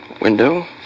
window